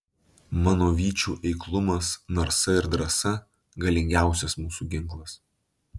mano vyčių eiklumas narsa ir drąsa galingiausias mūsų ginklas